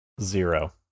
Zero